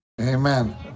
Amen